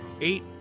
eight